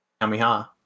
Kamiha